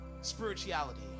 spirituality